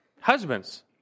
Husbands